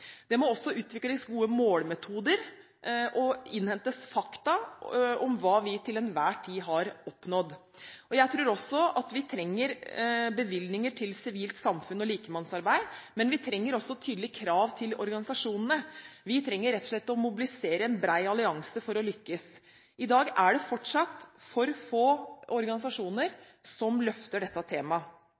det må utvikles gode målemetoder for og innhentes fakta om hva vi til enhver tid har oppnådd. Jeg tror også at vi trenger bevilgninger til sivilt samfunn og likemannsarbeid, men vi trenger også tydelige krav til organisasjonene. Vi trenger rett og slett å mobilisere en bred allianse for å lykkes. I dag er det fortsatt for få organisasjoner som løfter dette temaet,